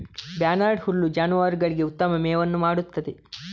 barnyard ಹುಲ್ಲು ಜಾನುವಾರುಗಳಿಗೆ ಉತ್ತಮ ಮೇವನ್ನು ಮಾಡುತ್ತದೆ